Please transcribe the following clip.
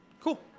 Cool